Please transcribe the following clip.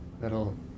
that'll